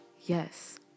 yes